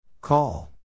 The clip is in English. Call